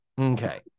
Okay